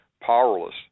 powerless